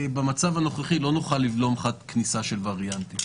במצב הנוכחי לא נוכל לבלום כניסה של וריאנטים.